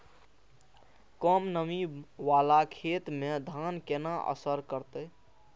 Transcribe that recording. कम नमी वाला खेत में धान केना असर करते?